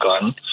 gun